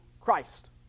Christ